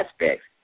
aspects